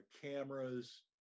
cameras